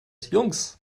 jungs